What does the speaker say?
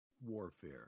warfare